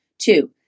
Two